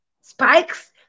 spikes